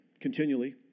continually